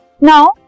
Now